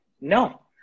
no